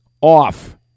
off